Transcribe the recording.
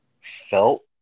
felt